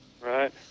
Right